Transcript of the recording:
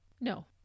No